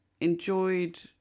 enjoyed